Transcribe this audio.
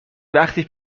وقتی